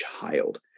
child